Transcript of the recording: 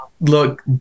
look